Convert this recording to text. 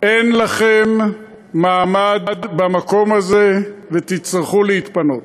אין לכם מעמד במקום הזה ותצטרכו להתפנות.